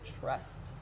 trust